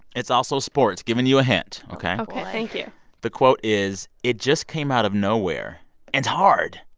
it's also sports giving you a hint, ok? ok. thank you the quote is, it just came out of nowhere and hard.